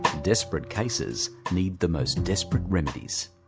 desperate cases need the most desperate remedies.